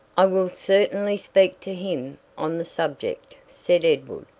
i will certainly speak to him on the subject, said edward,